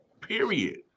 period